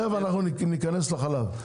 תכף אנחנו ניכנס לחלב.